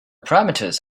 parameters